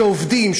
שעובדים,